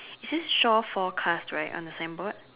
it says shore forecast right on the same boat